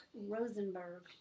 Rosenberg